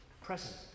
present